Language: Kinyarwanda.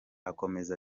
akomeza